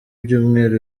ibyumweru